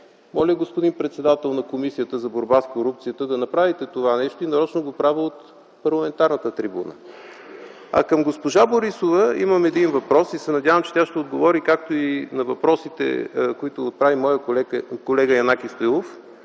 Моля, господин председател на Комисията за борба с корупцията, да направите това нещо. И нарочно го правя от парламентарната трибуна. А към госпожа Борисова имам един въпрос и се надявам, че тя ще отговори, както и на въпросите, които отговори моя колега Янаки Стоилов.